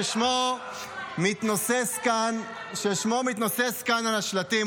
ששמו מתנוסס כאן על השלטים,